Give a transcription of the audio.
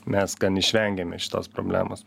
mes gan išvengėme šitos problemos